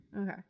Okay